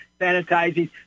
sanitizing